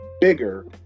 bigger